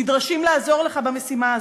נדרשים לעזור לך במשימה הזאת.